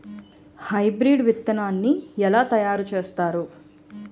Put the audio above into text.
Hybrid విత్తనాన్ని ఏలా తయారు చేస్తారు?